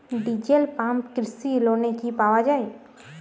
Diesel pump কৃষি লোনে কি পাওয়া য়ায়?